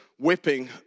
whipping